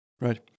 Right